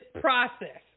process